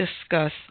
discuss